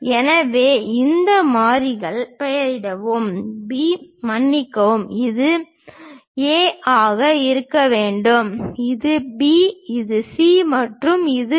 எனவே இந்த மாறிகள் பெயரிடுங்கள் A மன்னிக்கவும் இது A ஆக இருக்க வேண்டும் இது B இது C மற்றும் இது D